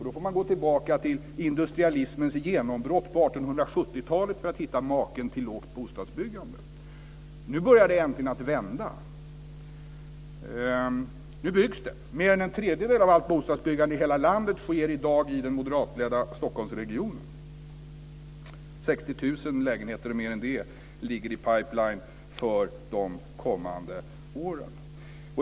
Då får man gå tillbaka till industrialismens genombrott på 1870-talet för att hitta maken till lågt bostadsbyggande. Nu börjar det äntligen att vända. Nu byggs det. Mer än en tredjedel av allt bostadsbyggande i hela landet sker i dag i den moderatledda Stockholmsregionen. 60 000 lägenheter och mer än det ligger i pipeline för de kommande åren.